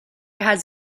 has